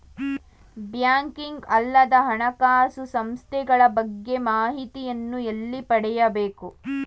Banking ಅಲ್ಲದ ಹಣಕಾಸು ಸಂಸ್ಥೆಗಳ ಬಗ್ಗೆ ಮಾಹಿತಿಯನ್ನು ಎಲ್ಲಿ ಪಡೆಯಬೇಕು?